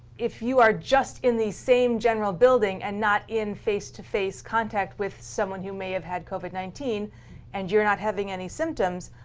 if you are just in the same general building and not in face to face contact with someone who may have had covid nineteen and you're not having any symptoms,